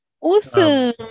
awesome